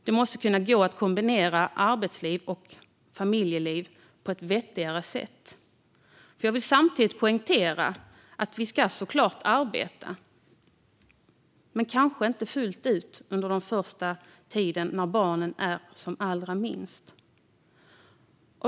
Det måste gå att kombinera arbetsliv och familjeliv på ett vettigare sätt. Jag vill samtidigt poängtera att vi såklart ska arbeta, men kanske inte fullt ut under den första tiden när barnen är som minst.